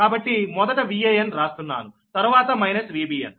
కాబట్టి మొదట Van రాస్తున్నాను తరువాత మైనస్ Vbn